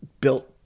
built